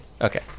Okay